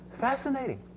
Fascinating